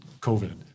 COVID